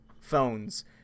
phones